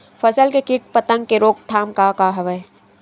फसल के कीट पतंग के रोकथाम का का हवय?